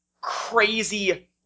crazy